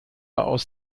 aus